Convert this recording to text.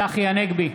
צחי הנגבי,